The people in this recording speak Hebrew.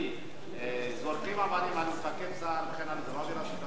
זורקים אבנים על מפקד צה"ל, זו לא עבירת ביטחון?